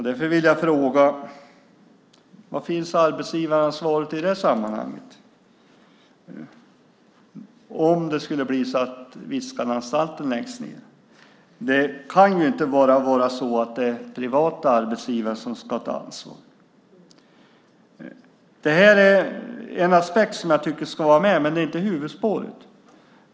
Därför vill jag fråga var arbetsgivaransvaret finns i det här sammanhanget om det skulle bli så att Viskananstalten läggs ned. Det kan ju inte bara vara privata arbetsgivare som ska ta ansvar. Det här är en aspekt som jag tycker ska finnas med, men det är inte huvudspåret.